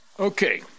Okay